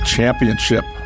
Championship